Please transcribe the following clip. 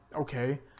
okay